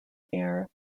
air